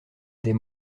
des